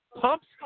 pumps